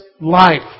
life